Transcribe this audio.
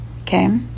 Okay